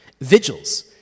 Vigils